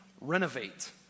renovate